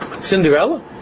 Cinderella